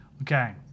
Okay